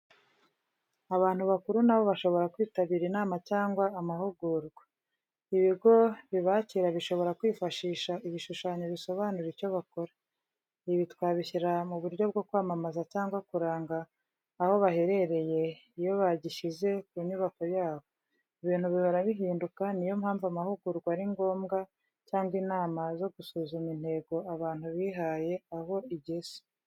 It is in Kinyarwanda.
Abantu bakuru na bo bashobora kwitabira inama cyangwa amahugurwa. Ibigo bibakira bishobora kwifashisha ibishushanyo bisobanura icyo bakora. Ibi twabishyira mu buryo bwo kwamamaza cyangwa kuranga aho baherereye iyo bagishyize ku nyubako yabo. Ibintu bihora bihinduka, ni yo mpamvu amahugurwa ari ngombwa, cyangwa inama zo gusuzuma intego abantu bihaye aho igeze.